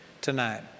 tonight